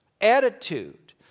attitude